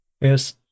Yes